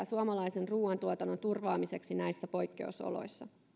suomalaisen ruoantuotannon turvaamiseksi näissä poikkeusoloissa